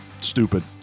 stupid